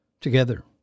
Together